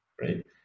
right